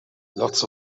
lots